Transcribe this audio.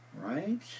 Right